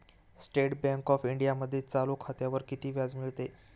State bank of इंडियामध्ये चालू खात्यावर किती व्याज मिळते?